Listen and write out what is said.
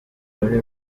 muri